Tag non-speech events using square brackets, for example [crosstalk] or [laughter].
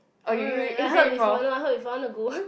that one ya I heard before no I heard before I want to go [laughs]